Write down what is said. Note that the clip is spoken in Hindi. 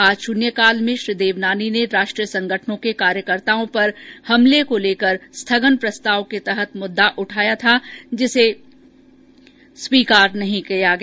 आज शुन्यकाल में श्री देवनानी ने राष्ट्रीय संगठनों के कार्यकर्ताओं पर हमले को लेकर स्थगन प्रस्ताव के तहत मुद्दा उठाया था जिसे स्वीकार नहीं किया गया